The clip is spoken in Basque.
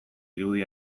irudi